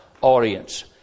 Audience